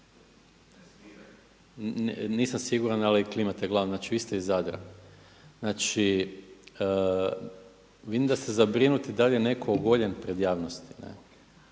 nisam siguran ali klimate glavom, znači vi ste iz Zadra. Znači vidim da ste zabrinuti da li je neko ogoljen pred javnosti,